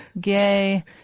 gay